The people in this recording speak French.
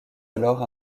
alors